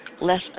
less